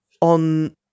on